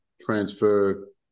transfer